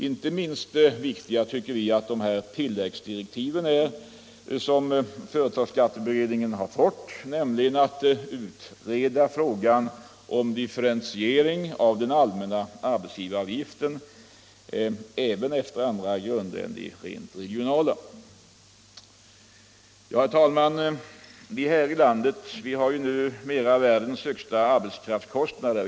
Inte minst viktiga är, tycker vi, de tilläggsdirektiv som företagsskatteberedningen fått, nämligen att utreda frågan om en differentiering av den allmänna arbetsgivaravgiften även efter andra grunder än rent regionala. Herr talman! Vi har här i landet numera världens högsta arbetskraftskostnader.